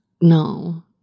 No